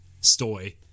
Stoy